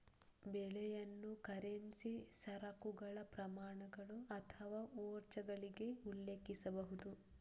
ಬೆಲೆಯನ್ನು ಕರೆನ್ಸಿ, ಸರಕುಗಳ ಪ್ರಮಾಣಗಳು ಅಥವಾ ವೋಚರ್ಗಳಿಗೆ ಉಲ್ಲೇಖಿಸಬಹುದು